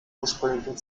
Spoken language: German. ursprünglichen